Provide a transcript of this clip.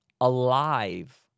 alive